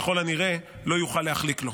ככל הנראה לא יוכל להחליק לו.